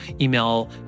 Email